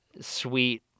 sweet